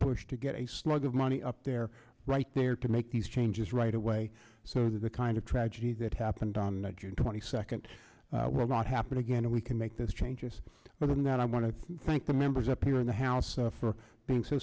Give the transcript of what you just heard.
push to get a slug of money up there right there to make these changes right away so that the kind of tragedy that happened on june twenty second will not happen again and we can make this change as well in that i want to thank the members up here in the house for being so